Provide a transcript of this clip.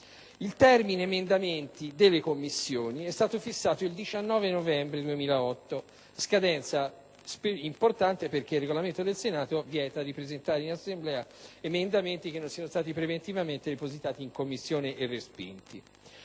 degli emendamenti nelle Commissioni riunite è stato fissato al 19 novembre 2008: si trattava di una scadenza importante, perché il Regolamento del Senato vieta di presentare in Assemblea emendamenti che non siano stati preventivamente depositati in Commissione e respinti.